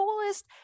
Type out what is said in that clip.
coolest